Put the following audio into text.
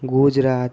Gujarat